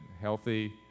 healthy